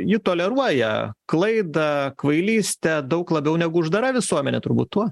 ji toleruoja klaidą kvailystę daug labiau negu uždara visuomenė turbūt tuo